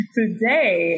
today